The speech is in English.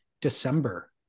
December